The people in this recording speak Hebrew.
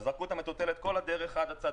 אבל זרקו את המטוטלת כל הדרך עד הצד